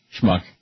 schmuck